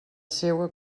seua